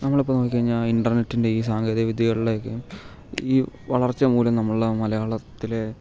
നമ്മളിപ്പം നോക്കി കഴിഞ്ഞാൽ ഇൻറ്റർനെറ്റിൻ്റെ സാങ്കേതിക വിദ്യകളുടെയൊക്കെ ഈ വളർച്ച മൂലം നമ്മളുടെ മലയാളത്തിലെ